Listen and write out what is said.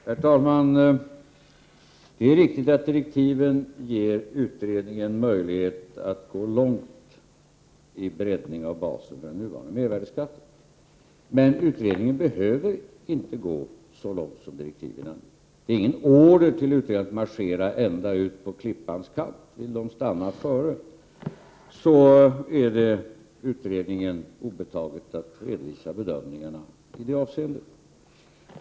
Herr talman! Det är riktigt att direktiven ger utredningen möjlighet att gå långt i breddningen av basen för den nuvarande mervärdeskatten. Men utredningen behöver inte gå så långt som anges i direktiven. Utredningen har inte fått någon order om att marschera ända ut på klippans kant. Vill den stanna dessförinnan, är det utredningen obetaget att redovisa sina bedömningar i det avseendet.